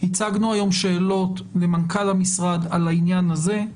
הצגנו היום שאלות למנכ"ל המשרד על העניין הזה,